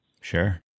Sure